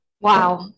Wow